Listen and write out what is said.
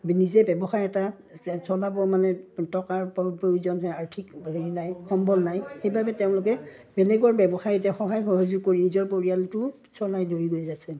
নিজে ব্যৱসায় এটা চলাব মানে টকাৰ প্ৰয়োজন হয় আৰ্থিক হেৰি নাই সম্বল নাই সেইবাবে তেওঁলোকে বেলেগৰ ব্যৱসায় এতিয়া সহায় সহযোগ কৰি নিজৰ পৰিয়ালটো চলাই লৈ গৈ আছে